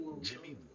Jimmy